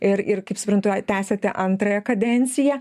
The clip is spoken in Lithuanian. ir ir kaip suprantu tęsiate antrąją kadenciją